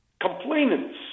complainants